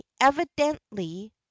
evidently